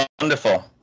Wonderful